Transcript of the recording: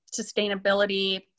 sustainability